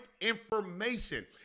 information